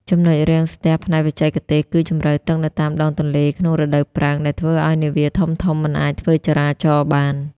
ចំណុចរាំងស្ទះផ្នែកបច្ចេកទេស គឺជម្រៅទឹកនៅតាមដងទន្លេក្នុងរដូវប្រាំង ដែលធ្វើឱ្យនាវាធំៗមិនអាចធ្វើចរាចរណ៍បាន។